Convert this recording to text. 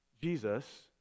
Jesus